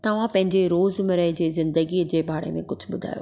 तव्हां पंहिंजे रोज़मरह जी ज़िंदगीअ जे बारे में कुझु ॿुधायो